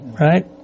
Right